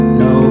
no